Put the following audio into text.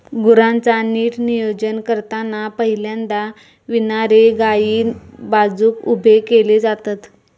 गुरांचा नीट नियोजन करताना पहिल्यांदा विणारे गायी बाजुक उभे केले जातत